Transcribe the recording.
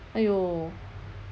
!aiyo!